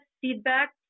feedback